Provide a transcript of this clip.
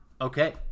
Okay